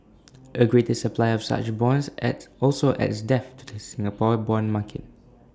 A greater supply of such bonds at also adds depth to the Singapore Bond market